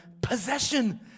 possession